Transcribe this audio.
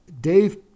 Dave